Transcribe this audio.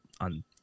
on